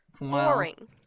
Boring